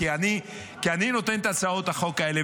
כי אני נותן את הצעות החוק האלה.